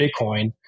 Bitcoin